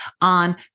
on